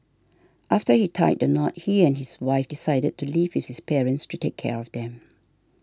after he tied the knot he and his wife decided to live with his parents to take care of them